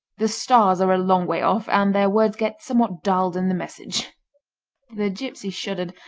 the stars are a long way off, and their words get somewhat dulled in the message the gipsy shuddered,